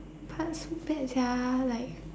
but so bad sia like